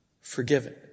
forgiven